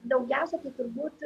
daugiausia tai turbūt